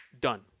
Done